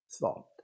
thought